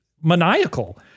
maniacal